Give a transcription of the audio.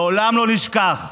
לעולם לא נשכח,